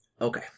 Okay